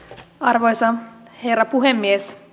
arvoisa herra puhemies